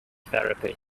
therapy